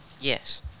Yes